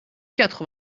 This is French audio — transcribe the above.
quatre